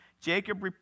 Jacob